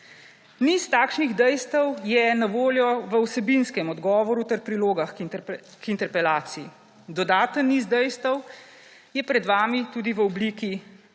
Niz takšnih dejstev je na voljo v vsebinskem odgovoru ter prilogah k interpelaciji. Dodaten niz dejstev je pred vami tudi v obliki predstavitve,